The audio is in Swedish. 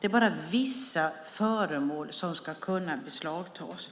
det bara är vissa föremål som ska kunna beslagtas.